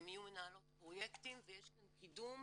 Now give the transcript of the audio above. הן יהיו מנהלות פרויקטים ויש כאן קידום